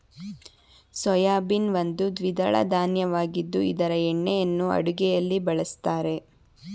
soybean ಒಂದು ದ್ವಿದಳ ಧಾನ್ಯವಾಗಿದ್ದು ಇದರ ಎಣ್ಣೆಯನ್ನು ಅಡುಗೆಯಲ್ಲಿ ಬಳ್ಸತ್ತರೆ